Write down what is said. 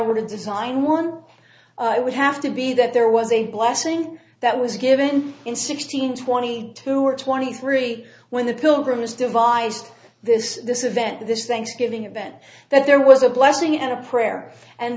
were to design one i would have to be that there was a blessing that was given in sixteen twenty two or twenty three when the pilgrims devised this this event this thanksgiving event that there was a blessing and a prayer and